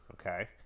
okay